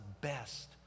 best